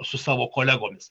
su savo kolegomis